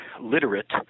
literate